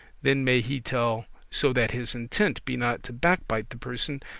then may he tell, so that his intent be not to backbite the person,